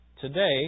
today